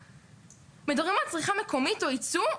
מדברים על צריכה מקומית או ייצוא.